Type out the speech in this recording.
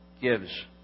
gives